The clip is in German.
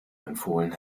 empfohlen